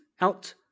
out